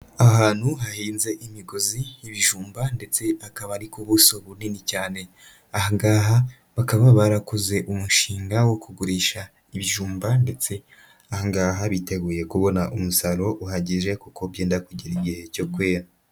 Ahantu hahinze imigozi y'ibijumba ndetse akaba ari ku buso bunini cyane. Aha ngaha bakaba barakoze umushinga wo kugurisha ibijumba ndetse aha ngaha biteguye kubona umusaruro uhagije kuko byenda kugera igihe cyo kwera.